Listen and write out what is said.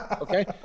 Okay